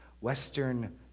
western